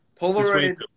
Polaroid